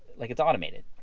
like it's automated.